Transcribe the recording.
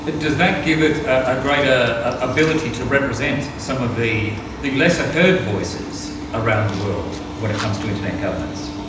ah does that give it a greater ability to represent some of the the lesser-heard voices around the world when it comes to internet governance?